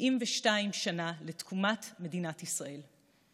72 שנה לתקומת מדינת ישראל.